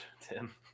Tim